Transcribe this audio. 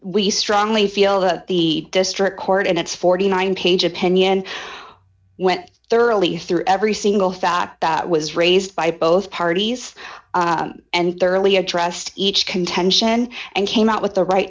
we strongly feel that the district court in its forty nine dollars page opinion went thoroughly through every single fact that was raised by both parties and thoroughly addressed each contention and came out with the right